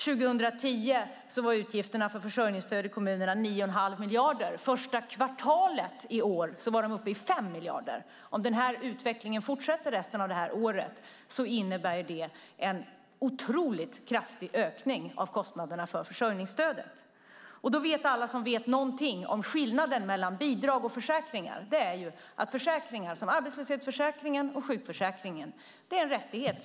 År 2010 var utgifterna för försörjningsstöd i kommunerna 9 1⁄2 miljard kronor. Första kvartalet i år var de utgifterna uppe i 5 miljarder kronor. Om den utvecklingen fortsätter under resten av det här året innebär det en otroligt kraftig ökning av kostnaderna för försörjningsstödet. Alla som vet någonting om skillnaden mellan bidrag och försäkringar vet att försäkringar som arbetslöshetsförsäkringen och sjukförsäkringen är en rättighet.